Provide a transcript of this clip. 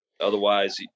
Otherwise